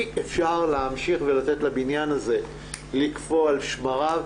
אי אפשר להמשיך ולתת לבניין הזה לקפוא על שמריו.